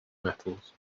metals